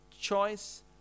choice